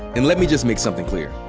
and let me just make something clear.